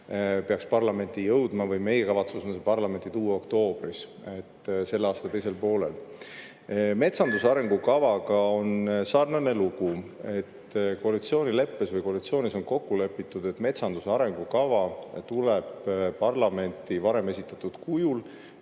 peaks parlamenti jõudma või meie kavatsus on see parlamendi tuua oktoobris, nii et selle aasta teisel poolel. Metsanduse arengukavaga on sarnane lugu, et koalitsioonileppes või koalitsioonis on kokku lepitud, et metsanduse arengukava tuleb parlamenti varem esitatud kujul.